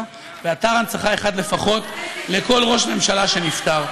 ואתר הנצחה אחד לפחות לכל ראש ממשלה שנפטר.